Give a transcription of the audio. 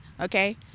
Okay